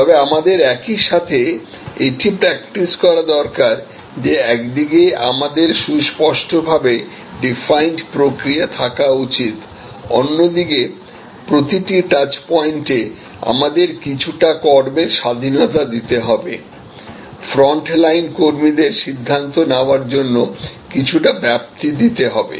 তবে আমাদের একই সাথে এটি প্র্যাকটিসকরা দরকার যে একদিকে আমাদের সুস্পষ্টভাবে ডিফাইনড প্রক্রিয়া থাকা উচিত অন্যদিকে প্রতিটি টাচ পয়েন্টে আমাদের কিছুটা কর্মের স্বাধীনতা দিতে হবে ফ্রন্টলাইন কর্মীদের সিদ্ধান্ত নেওয়ার জন্য কিছুটা ব্যাপ্তি দিতে হবে